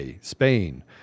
Spain